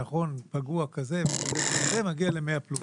פגוע כזה וכזה מגיע ל-100 פלוס.